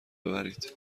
ببرید